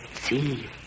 See